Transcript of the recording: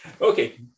Okay